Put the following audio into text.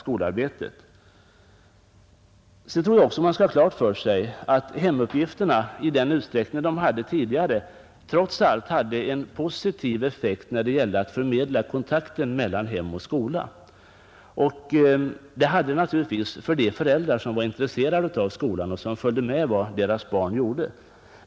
Jag tror också att man skall ha klart för sig att hemuppgifterna också kan ha en positiv effekt när det gäller att förmedla kontakten mellan hem och skola, åtminstone för de föräldrar som är intresserade av skolan och som följer med vad deras barn gör.